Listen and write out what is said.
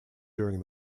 during